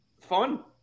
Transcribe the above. fun